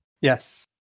Yes